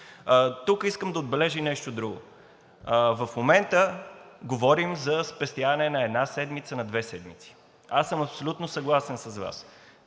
Тук искам да отбележа нещо друго. В момента говорим за спестяване на една седмица, на две седмици и аз съм абсолютно съгласен с Вас